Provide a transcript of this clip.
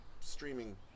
streaming